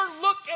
look